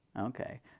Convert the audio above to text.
Okay